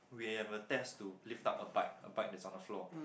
we'll have a test to lift up a bike a bike that's on the floor